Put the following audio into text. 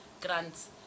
grants